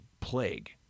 plague